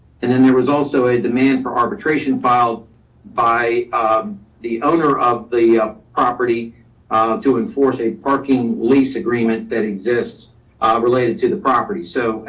and then there was also a demand for arbitration filed by um the owner of the ah property to enforce a parking lease agreement that exists related to the property. so